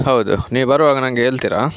ಹೌದು ನೀವು ಬರುವಾಗ ನನಗೆ ಹೇಳ್ತೀರಾ